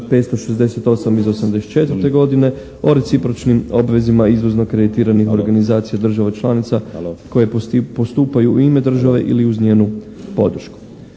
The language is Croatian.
568 iz '84. godine o recipročnim obvezima izvozno kreditiranih organizacija država članica koje postupaju u ime države ili uz njenu podršku.